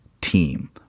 team